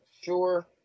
sure